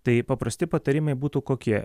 tai paprasti patarimai būtų kokie